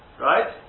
right